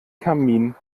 kamin